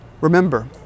Remember